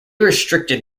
restricted